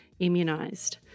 immunised